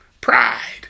Pride